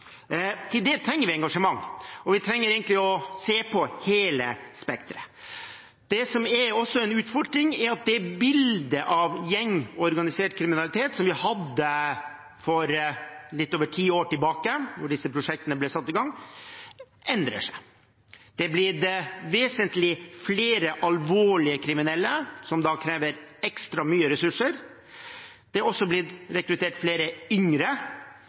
det trenger vi engasjement, og vi trenger egentlig å se på hele spekteret. Det som også er en utfordring, er at det bildet av gjengorganisert kriminalitet som vi hadde for litt over ti år tilbake, da disse prosjektene ble satt i gang, endrer seg. Det er blitt vesentlig flere alvorlig kriminelle som krever ekstra mye ressurser, det har blitt rekruttert flere yngre,